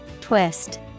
Twist